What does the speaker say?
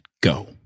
go